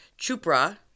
chupra